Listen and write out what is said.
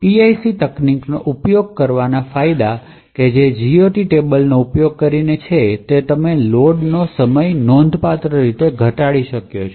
PIC તકનીકનો ઉપયોગ કરવાના ફાયદા જે GOT નો ઉપયોગ કરીને છે તે તમે લોડનો સમય નોંધપાત્ર રીતે ઘટાડ્યો છે